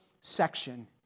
section